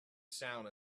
sound